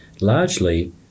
largely